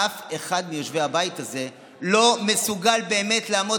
אף אחד מיושבי הבית הזה לא מסוגל באמת לעמוד